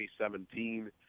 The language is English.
2017